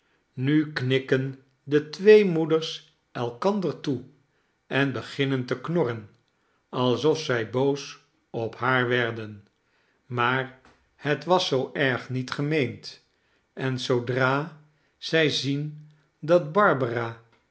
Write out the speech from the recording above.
nu knikken de twee moeders elkander toe en beginnen te knorren alsof zij boos op haar werden maar het was zoo erg niet gemeend en zoodra zij zien dat barbara